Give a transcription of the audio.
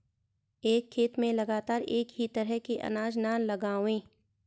एक खेत में लगातार एक ही तरह के अनाज न लगावें